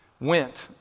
went